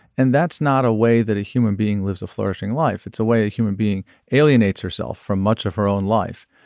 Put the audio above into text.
and that's not a way that a human being lives a flourishing life. it's a way a human being alienates herself from much of her own life.